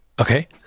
okay